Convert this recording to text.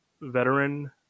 veteran